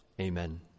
Amen